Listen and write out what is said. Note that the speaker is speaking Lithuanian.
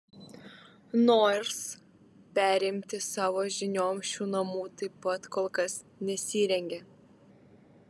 nors perimti savo žinion šių namų taip pat kol kas nesirengia